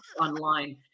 online